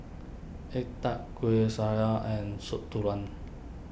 Egg Tart Kuih Syara and Soup Tulang